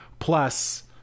Plus